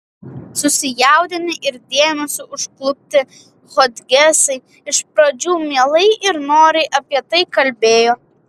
susijaudinę ir dėmesio užklupti hodgesai iš pradžių mielai ir noriai apie tai kalbėjo